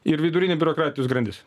ir vidurinė biurokratijos grandis